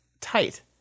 tight